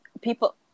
people